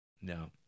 No